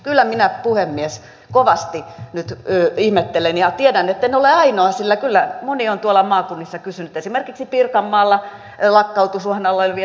kyllä minä puhemies kovasti nyt ihmettelen ja tiedän etten ole ainoa sillä kyllä moni on tuolla maakunnissa kysynyt esimerkiksi pirkanmaalla lakkautusuhan alla olevista junayhteyksistä